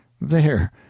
There